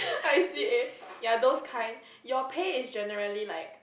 I_C_A ya those kind your pay is generally like